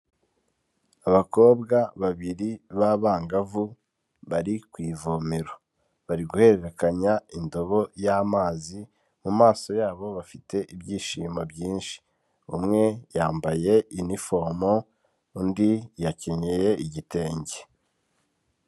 Abakobwa babiri b'abangavu bari ku ivomero, bari guhererekanya indobo y'amazi mu maso yabo bafite ibyishimo byinshi, umwe yambaye inifomo undi yakenyeye igitenge.